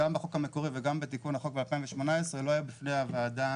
גם בחוק המקורי וגם בתיקון החוק ב-2018 לא היה בפני הוועדה